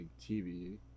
TV